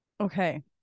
Okay